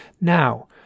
Now